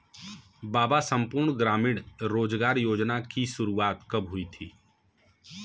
बाबा संपूर्ण ग्रामीण रोजगार योजना की शुरुआत कब हुई थी?